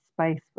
space